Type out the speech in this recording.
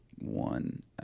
one